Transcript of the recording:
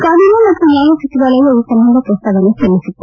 ಕಾನೂನು ಮತ್ತು ನ್ಯಾಯ ಸಚಿವಾಲಯ ಈ ಸಂಬಂಧ ಪ್ರಸ್ತಾವನೆ ಸಲ್ಲಿಸಿತ್ತು